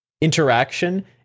interaction